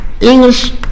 English